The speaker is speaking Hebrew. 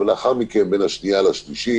ולאחר מכן בין השנייה לשלישית